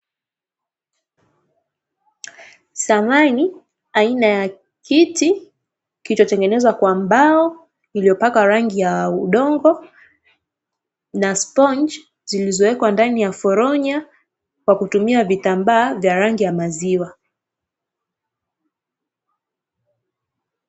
Samani aina ya kiti kilichotengenezwa kwa mbao iliyopakwa rangi ya udongo na sponji, zilizowekwa ndani ya foronya kwa kutumia vitambaa vya rangi ya maziwa.